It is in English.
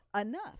enough